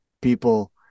people